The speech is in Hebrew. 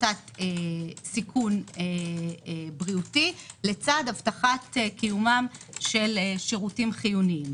הפחתת סיכון בריאותי לצד הבטחת קיום שירותים חיוניים.